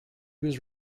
was